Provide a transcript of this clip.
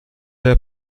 der